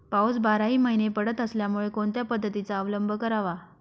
पाऊस बाराही महिने पडत असल्यामुळे कोणत्या पद्धतीचा अवलंब करावा?